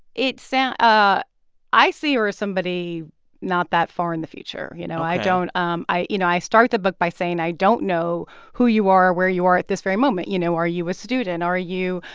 it's ah ah i see her as somebody not that far in the future. you know, i don't. ok um i you know, i start the book by saying i don't know who you are or where you are at this very moment. you know, are you a student? are you,